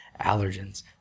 allergens